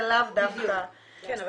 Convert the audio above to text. ולאו דווקא --- כן,